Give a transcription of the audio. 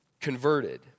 converted